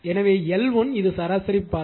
எனவே L1 இது சராசரி பாதை